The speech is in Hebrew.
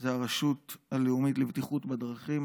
זו הרשות הלאומית לבטיחות בדרכים,